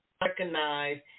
recognize